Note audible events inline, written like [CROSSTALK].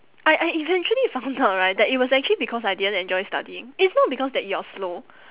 I I eventually found [LAUGHS] out right that it was actually because I didn't enjoy studying it's not because that you are slow